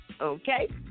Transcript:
Okay